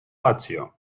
lazio